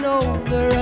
over